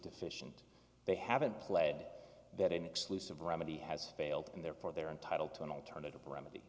deficient they haven't pled that an exclusive remedy has failed and therefore they're entitled to an alternative remedy